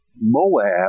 Moab